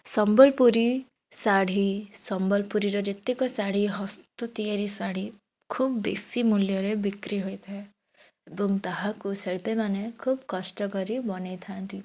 ସମ୍ବଲପୁରୀ ଶାଢ଼ୀ ସମ୍ବଲପୁରୀର ଯେତେକ ଶାଢ଼ୀ ହସ୍ତ ତିଆରି ଶାଢ଼ୀ ଖୁବ୍ ବେଶୀ ମୂଲ୍ୟରେ ବିକ୍ରୀ ହୋଇଥାଏ ଏବଂ ତାହାକୁ ଶିଳ୍ପୀମାନେ ଖୁବ୍ କଷ୍ଟ କରି ବନେଇଥାନ୍ତି